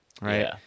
right